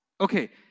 okay